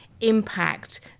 impact